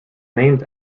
named